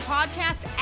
Podcast